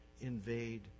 invade